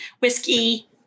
Whiskey